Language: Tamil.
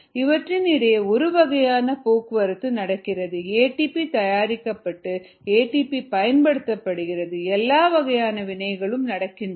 இவற்றின் இடையே ஒருவகையான போக்குவரத்து நடக்கிறது ஏடிபி தயாரிக்கப்படுகிறது ஏடிபி பயன்படுத்தப்படுகிறது எல்லா வகையான வினைகளும் நடக்கின்றன